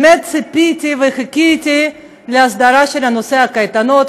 באמת ציפיתי וחיכיתי להסדרה של נושא הקייטנות,